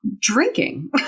drinking